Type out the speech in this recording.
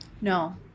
no